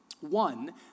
One